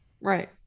right